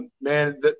Man